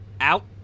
out